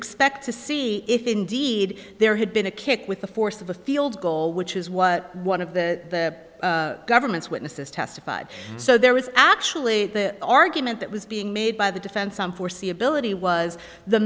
expect to see if indeed there had been a kick with the force of a field goal which is what one of the government's witnesses testified so there was actually the argument that was being made by the defense some foreseeability was the